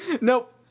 Nope